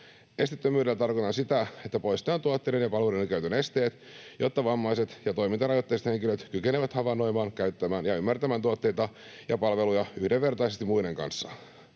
Esteettömyydellä tarkoitetaan sitä, että poistetaan tuotteiden ja palveluiden käytön esteet, jotta vammaiset ja toimintarajoitteiset henkilöt kykenevät havainnoimaan, käyttämään ja ymmärtämään tuotteita ja palveluja yhdenvertaisesti muiden kanssa.